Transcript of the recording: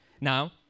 Now